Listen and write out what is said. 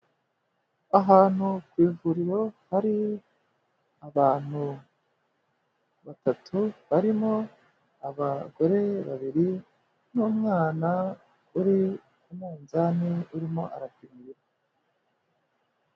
Ahantu ku ivuriro hari abantu batatu, barimo abagore babiri n'umwana uri ku munzani urimo arapimwa ibiro.